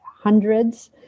hundreds